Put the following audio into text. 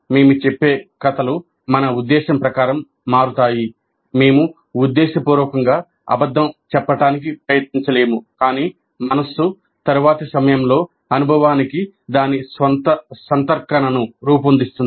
మేము చెప్పే కథలు మన ఉద్దేశ్యం ప్రకారం మారుతాయి మేము ఉద్దేశపూర్వకంగా అబద్ధం చెప్పడానికి ప్రయత్నించలేము కాని మనస్సు తరువాతి సమయంలో అనుభవానికి దాని స్వంత సంస్కరణను రూపొందిస్తుంది